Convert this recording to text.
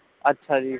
ਅੱਛਾ ਜੀ